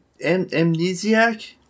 Amnesiac